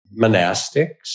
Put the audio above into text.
monastics